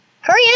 Hurry